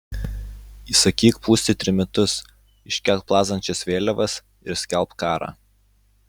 įsakyk pūsti trimitus iškelk plazdančias vėliavas ir skelbk karą